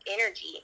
energy